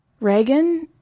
Reagan